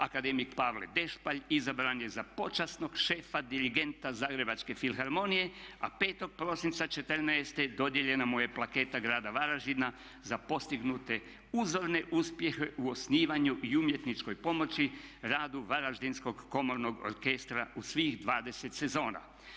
Akademik Pavle Dešpalj izabran je za počasnog šefa dirigenta Zagrebačke filharmonije a 5. prosinca 2014. dodijeljena mu je Plaketa grada Varaždina za postignute uzorne uspjehe u osnivanju i umjetničkoj pomoći radu Varaždinskog komornog orkestra u svih 20 sezona.